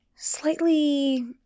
Slightly